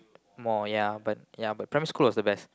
more ya but ya but primary school was the best